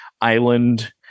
island